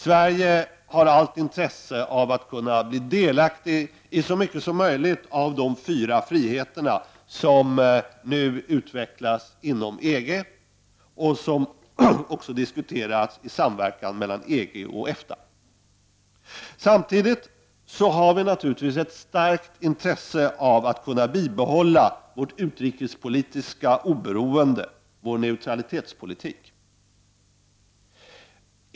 Sverige har allt intresse av att kunna bli delaktigt i så mycket som möjligt av de fyra friheter som nu utvecklas inom EG och som också diskuteras i samverkan mellan EG och EFTA. Samtidigt har vi naturligtvis ett starkt intresse av att kunna bibehålla vårt utrikespolitiska oberoende, vår neutralitetspolitik.